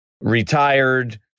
retired